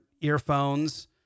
earphones